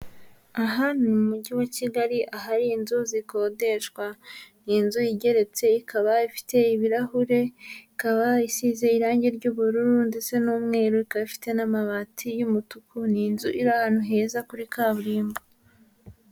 Aha ni mu mujyi wa Kigali ahari inzu zikodeshwa. Ni inzu igeretse, ikaba ifite ibirahure, ikaba isize irangi ry'ubururu ndetse n'umweru, ikaba ifite n'amabati y'umutuku. Ni inzu iri ahantu heza, kuri kaburimbo.